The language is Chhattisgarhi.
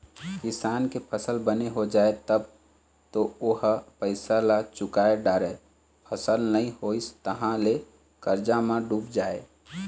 किसान के फसल बने हो जाए तब तो ओ ह पइसा ल चूका डारय, फसल नइ होइस तहाँ ले करजा म डूब जाए